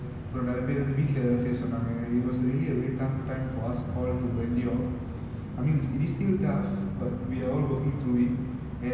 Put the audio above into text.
and the thing is that இந்த ஒலகத்த வந்து:intha olakatha vanthu the e~ the was a previous pandemic like SARS was the previous pandemic the keep ஆனா வந்து:aanaa vanthu in the thing is that